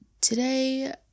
Today